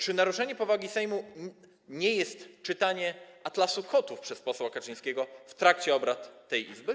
Czy naruszeniem powagi Sejmu nie jest czytanie „Atlasu kotów” przez posła Kaczyńskiego w trakcie obrad tej Izby?